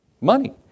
Money